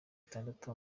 itandatu